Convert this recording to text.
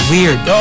Weird